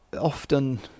often